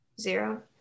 Zero